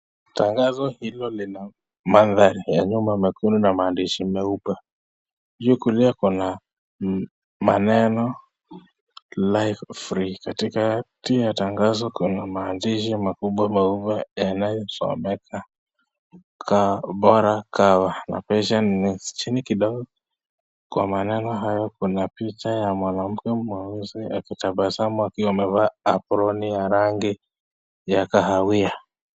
Tangazo hilo lina mandhari ya nyuma nyekundu na maandishi meupe. Juu kulia kuna maneno [Life Free]. Kati kati ya tangazo, kuna maandishi makubwa makubwa yanayo someka, Bora kawa. Chini kidogo, kwa maneno haya kuna picha ya mwanamke mweusi akitabasamu akiwa amevaa [aproane] ya rangi ya kahawia.